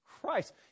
Christ